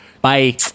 bye